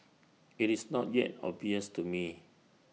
IT is not yet obvious to me